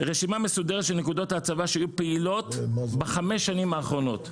רשימה מסודרת של נקודות ההצבה שהיו פעילות בחמש שנים האחרונות.